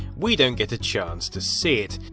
we don't get a chance to see it,